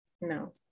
No